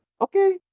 okay